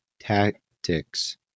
tactics